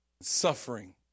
suffering